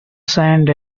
sand